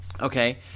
Okay